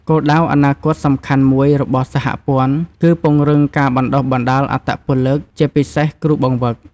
គោលដៅអនាគតសំខាន់មួយរបស់សហព័ន្ធគឺពង្រឹងការបណ្ដុះបណ្ដាលអត្តពលិក ជាពិសេសគ្រូបង្វឹក។